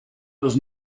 does